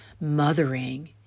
mothering